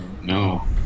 No